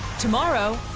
tomorrow.